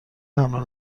حمل